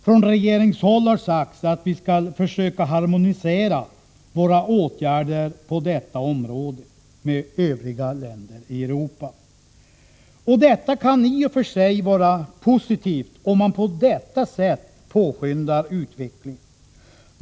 Från regeringshåll har sagts att vi skall försöka harmonisera våra åtgärder på detta område med övriga länder i Europa. Detta kan i och för sig vara positivt, om man på detta sätt påskyndar utvecklingen.